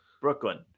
Brooklyn